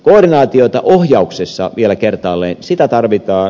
koordinaatiota ohjauksessa vielä kertaalleen tarvitaan